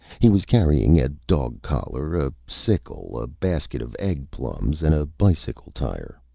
he was carrying a dog collar, a sickle, a basket of egg plums and a bicycle tire.